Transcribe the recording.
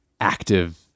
active